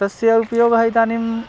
तस्य उपयोगः इदानीं